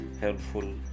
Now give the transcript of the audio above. helpful